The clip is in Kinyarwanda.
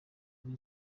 kuri